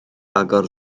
agor